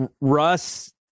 Russ